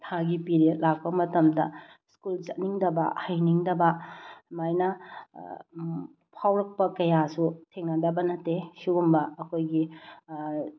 ꯊꯥꯒꯤ ꯄꯤꯔꯤꯌꯗ ꯂꯥꯛꯄ ꯃꯇꯝꯗ ꯁ꯭ꯀꯨꯜ ꯆꯠꯅꯤꯡꯗꯕ ꯍꯩꯅꯤꯡꯗꯕ ꯁꯨꯃꯥꯏꯅ ꯐꯥꯎꯔꯛꯄ ꯀꯌꯥꯁꯨ ꯊꯦꯡꯅꯗꯕ ꯅꯠꯇꯦ ꯁꯤꯒꯨꯝꯕ ꯑꯩꯈꯣꯏꯒꯤ